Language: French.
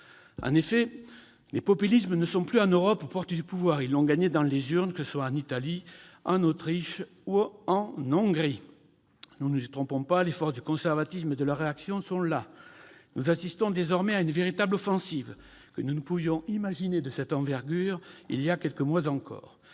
En effet, les populismes ne sont plus seulement, en Europe, aux portes du pouvoir : ils l'ont gagné dans les urnes, que ce soit en Italie, en Autriche ou en Hongrie. Ne nous y trompons pas : les forces du conservatisme et de la réaction sont là. Nous assistons, désormais, à une véritable offensive dont nous ne pouvions imaginer l'envergure il y a quelques mois encore.